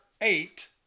eight